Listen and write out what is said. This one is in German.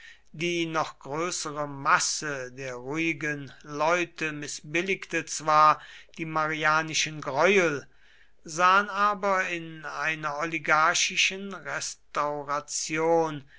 die noch größere masse der ruhigen leute mißbilligte zwar die marianischen greuel sahen aber in einer oligarchischen restauration